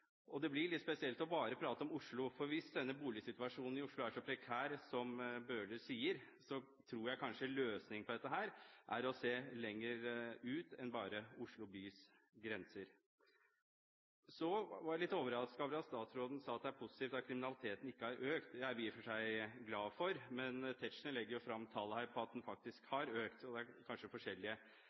Det blir litt spesielt bare å prate om Oslo, for hvis boligsituasjonen i Oslo er så prekær som Bøhler sier, tror jeg kanskje løsningen på dette er å se lenger ut enn bare til Oslo bys grenser. Jeg var litt overrasket over at statsråden sa at det er positivt at kriminaliteten ikke har økt. Det er jeg i og for seg glad for, men representanten Tetzschner legger fram tall her som viser at den faktisk har økt. Det er kanskje forskjellige